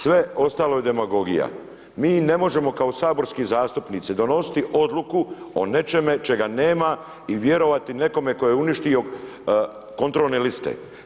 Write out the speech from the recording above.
Sve ostalo je demagogija, mi ne možemo kao saborski zastupnici donositi odluku o nečemu čega nema i vjerovati nekome tko je uništio kontrolne liste.